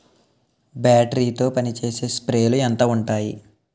Battery తో పనిచేసే స్ప్రేలు ఎంత ఉంటాయి?